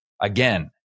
again